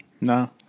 no